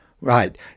Right